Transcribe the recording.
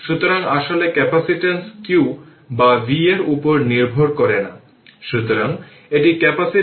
সুতরাং এটি একটি ওপেন সার্কিট হিসাবে কাজ করবে